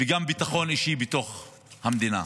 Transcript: וגם ביטחון אישי בתוך המדינה.